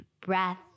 breath